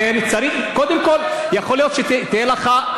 קודם כול, יכול להיות שתהיה לך,